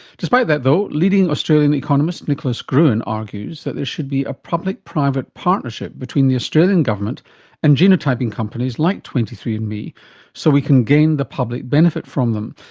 despite that, though, leading australian economist nicholas gruen argues that there should be a public-private partnership between the australian government and genotyping companies like twenty three and andme so we can gain the public benefit from them,